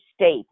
state